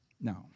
No